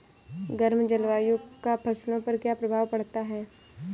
गर्म जलवायु का फसलों पर क्या प्रभाव पड़ता है?